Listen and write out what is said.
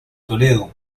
toledo